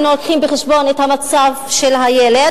אם מביאים בחשבון את המצב של הילד,